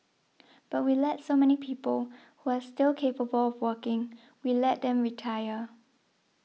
but we let so many people who are still capable of working we let them retire